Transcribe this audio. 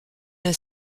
d’un